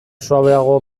suabeago